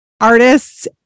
artists